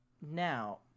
Now